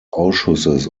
ausschusses